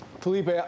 Felipe